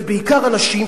זה בעיקר אנשים,